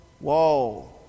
Whoa